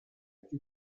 più